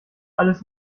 alles